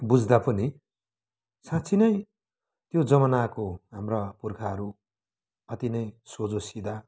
बुझ्दा पनि साँच्ची नै त्यो जमनाको हाम्रा पुर्खाहरू अति नै सोझो सिधा